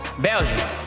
Belgium